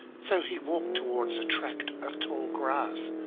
so he walked towards a tract of tall grass,